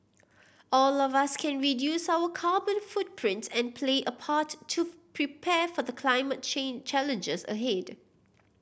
all of us can reduce our carbon footprint and play a part to prepare for the climate challenges ahead